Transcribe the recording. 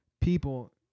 people